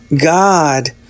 God